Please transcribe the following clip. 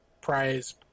prize